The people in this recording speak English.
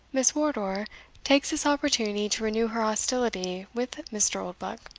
miss wardour takes this opportunity to renew her hostility with mr. oldbuck,